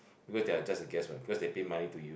because they are just a guest what because they pay money to you